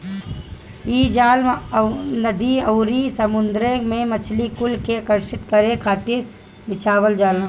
इ जाल नदी अउरी समुंदर में मछरी कुल के आकर्षित करे खातिर बिछावल जाला